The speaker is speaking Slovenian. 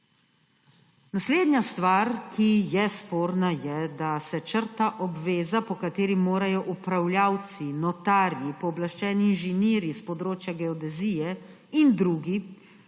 Naslednja stvar, ki je sporna, je, da se črta obveza, po kateri morajo upravljavci, notarji, pooblaščeni inženirji s področja geodezije in drugi